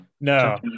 No